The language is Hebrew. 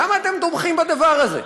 למה אתם תומכים בדבר הזה?